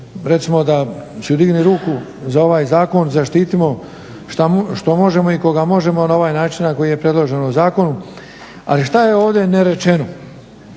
recimo da ću dignut ruku za ovaj zakon, zaštitimo što možemo i koga možemo na ovaj način na koji je predloženo u zakonu. Ali što je ovdje nedorečeno?